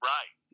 Right